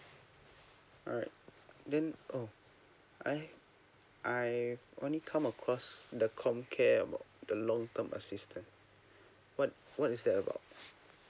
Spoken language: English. alright then oh I I've only come across the comcare about the long term assistant what what is that about